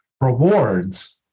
rewards